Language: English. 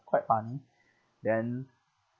quite fun then